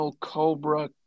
Cobra